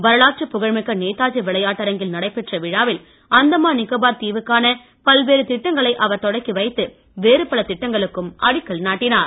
வரலாற்று புகழ்மிக்க நேதாஜி விளையாட்டரங்கில் நடைபெறும் விழாவில் அந்தமான் நிக்கோபார் தீவுக்கான பல்வேறு திட்டங்களை அவர் தொடக்கி வைத்து வேறு பல திட்டங்களுக்கும் அவர் அடிக்கல் நாட்டுகிறார்